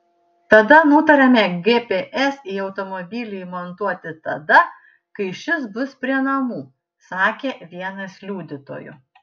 tada nutarėme gps į automobilį įmontuoti tada kai šis bus prie namų sakė vienas liudytojų